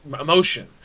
emotion